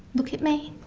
look at me.